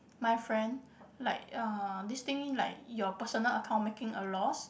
my friend like uh this thing like your personal account making a loss